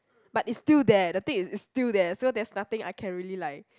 but it's still there the thing is it's still there so there's nothing I can really like